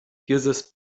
uses